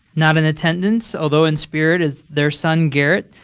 not in attendance, although in spirit as their son garrett,